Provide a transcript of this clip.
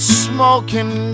smoking